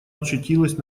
очутилась